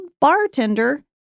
bartender